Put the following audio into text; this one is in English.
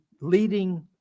leading